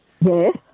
Yes